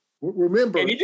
Remember